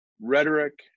rhetoric